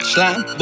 Slime